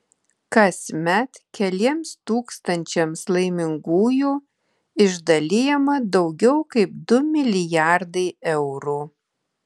kasmet keliems tūkstančiams laimingųjų išdalijama daugiau kaip du milijardai eurų